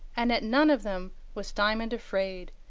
and at none of them was diamond afraid,